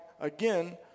again